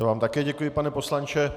Já vám také děkuji, pane poslanče.